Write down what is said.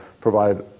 provide